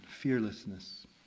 fearlessness